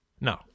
No